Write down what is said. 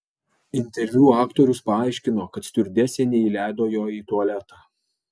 interviu aktorius paaiškino kad stiuardesė neįleido jo į tualetą